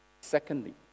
Secondly